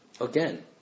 Again